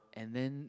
and then